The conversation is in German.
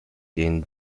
den